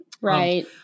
Right